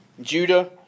Judah